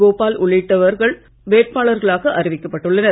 கோபால் உள்ளிட்டோர் வேட்பாளர்களாக அறிவிக்கப் பட்டுள்ளனர்